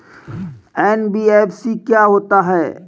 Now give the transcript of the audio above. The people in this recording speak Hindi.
एन.बी.एफ.सी क्या होता है?